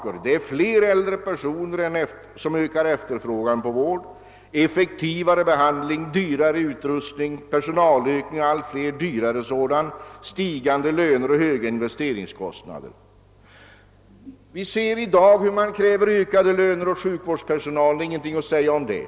Jo, det är fler äldre personer som efterfrågar vård, man måste ge effektivare behandling varav följer dyrare utrustning, personalökning med stigande löner och höga investeringskostnader. Vi ser i dag att sjukvårdspersonalen kräver ökade löner, och det är ingenting att säga om det.